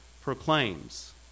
proclaims